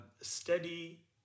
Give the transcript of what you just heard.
steady